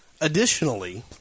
Additionally